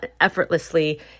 effortlessly